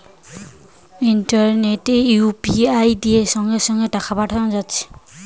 ইন্টারনেটে ইউ.পি.আই দিয়ে সঙ্গে সঙ্গে টাকা পাঠানা যাচ্ছে